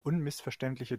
unmissverständliche